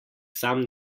sam